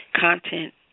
content